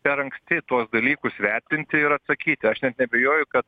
per anksti tuos dalykus vertinti ir atsakyti aš net neabejoju kad